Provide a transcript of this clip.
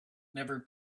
never